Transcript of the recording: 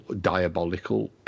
diabolical